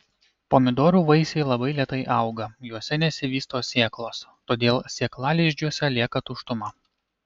pomidorų vaisiai labai lėtai auga juose nesivysto sėklos todėl sėklalizdžiuose lieka tuštuma